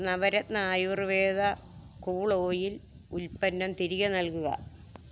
Navratna Ayurveda cool oil ഉൽപ്പന്നം തിരികെ നൽകുക